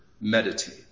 meditate